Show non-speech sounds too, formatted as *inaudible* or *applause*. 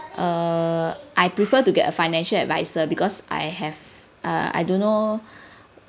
err I prefer to get a financial adviser because I have a I don't know *breath*